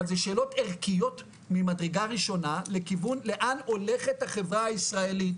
אבל זה שאלות ערכיות ממדרגה ראשונה לכיוון לאן הולכת החברה הישראלית,